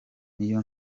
niyo